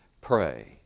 pray